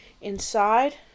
inside